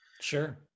sure